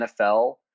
NFL